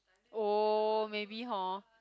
oh maybe hor